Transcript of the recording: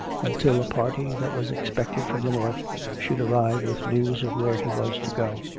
until a party that was expected from the north should arrive with news of where he was to go.